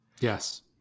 Yes